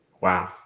Wow